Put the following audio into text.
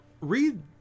Read